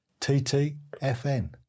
TTFN